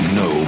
no